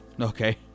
Okay